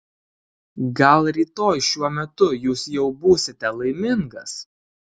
gal rytoj šiuo metu jūs jau būsite laimingas